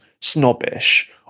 snobbish